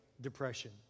depression